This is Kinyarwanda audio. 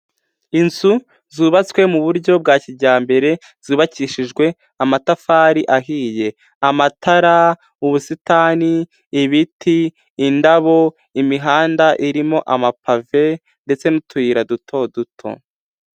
Inzu zubatswe mu buryo bwa kijyambere, zubakishijwe amatafari ahiye, amatara, ubusitani, ibiti, indabo, imihanda irimo amapave ndetse n'utuyira duto duto.